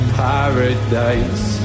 paradise